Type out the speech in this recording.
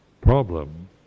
problem